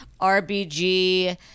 RBG